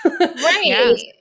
Right